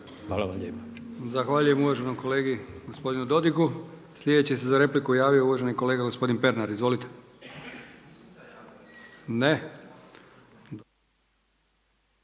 Hvala vam lijepa.